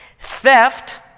Theft